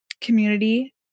community